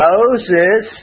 Moses